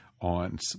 on